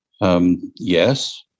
Yes